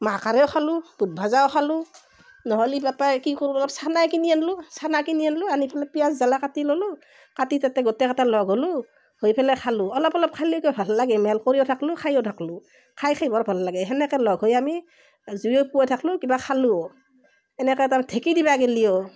মাহ কৰাইও খালোঁ বুট ভজাও খালোঁ নহ'লে বাপা কি কৰোঁ ছানাই কিনি আনিলোঁ ছানা কিনি আনিলোঁ আনি পেলাই পিঁয়াজ জালা কাটি ল'লোঁ কাটি তাতে গোটেইকেইটা লগ হ'লোঁ হৈ পেলাই খালোঁ অলপ অলপ খালে কিবা ভাল লাগে মেল কৰিও থাকিলোঁ খায়ো থাকিলোঁ খাই খাই বৰ ভাল লাগে সেনেকৈ লগ হৈ আমি জুয়ো ফুৱাই থাকিলোঁ কিবা খালোঁও এনেকৈ তাৰমানে ঢেঁকি দিব গেলিও